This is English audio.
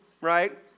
right